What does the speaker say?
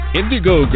Indigo